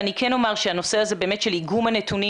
אני כן אומר שהנושא של איגום הנתונים,